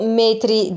metri